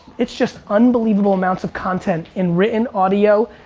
it's just unbelievable amounts of content in written, audio,